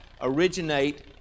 originate